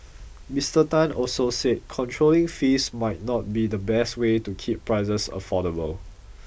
Mister Tan also said controlling fees might not be the best way to keep prices affordable